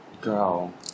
Girl